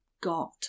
got